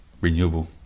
renewable